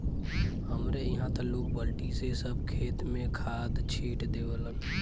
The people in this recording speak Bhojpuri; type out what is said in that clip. हमरे इहां त लोग बल्टी से सब खेत में खाद छिट देवलन